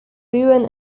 viven